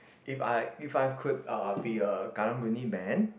if I if I've could be uh be a Karang-Guni Man